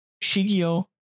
Shigio